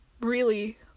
Really-